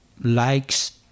likes